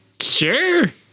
Sure